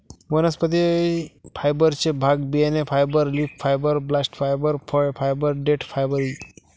वनस्पती फायबरचे भाग बियाणे fibre, leaf fibre, bast fibre, फळ फायबर, देठ फायबर इ